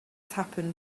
happened